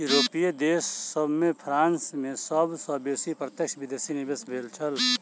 यूरोपीय देश सभ में फ्रांस में सब सॅ बेसी प्रत्यक्ष विदेशी निवेश भेल छल